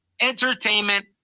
entertainment